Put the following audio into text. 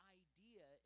idea